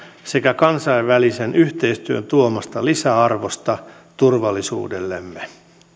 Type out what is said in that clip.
sekä kansainvälisen yhteistyön tuomasta lisäarvosta turvallisuudellemme